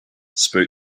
spoke